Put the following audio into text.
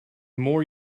more